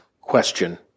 question